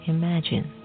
imagine